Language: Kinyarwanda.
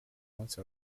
musi